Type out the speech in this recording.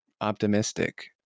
optimistic